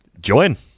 Join